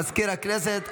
מזכיר הכנסת,